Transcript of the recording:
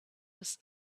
was